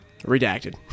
Redacted